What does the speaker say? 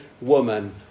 woman